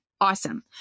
Awesome